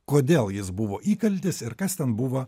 kodėl jis buvo įkaltis ir kas ten buvo